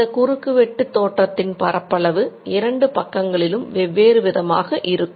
இந்த குறுக்கு வெட்டு தோற்றத்தின் பரப்பளவு இரண்டு பக்கங்களிலும் வெவ்வேறு விதமாக இருக்கும்